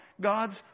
God's